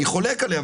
אני חולק עליה,